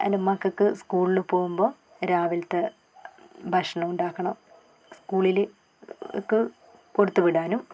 എൻ്റെ മക്കൾക്ക് സ്കൂളിൽ പോകുമ്പോൾ രാവിലത്തെ ഭക്ഷണം ഉണ്ടാക്കണം സ്കൂളിലേക്ക് കൊടുത്തു വിടാനും